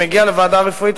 כשהוא מגיע לוועדה רפואית,